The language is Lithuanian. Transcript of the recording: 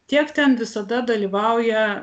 tiek ten visada dalyvauja